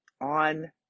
on